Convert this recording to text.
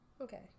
okay